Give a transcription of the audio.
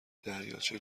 دریاچه